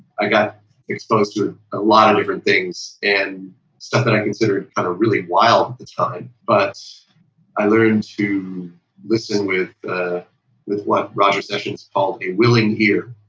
i got exposed to a lot of different things and stuff that i considered kind of really wild at the time. but i learned to listen with with what roger sessions called, a willing ear.